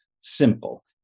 simple